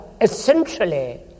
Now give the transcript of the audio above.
essentially